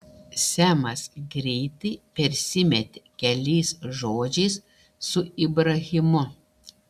semas greitai persimetė keliais žodžiais su ibrahimu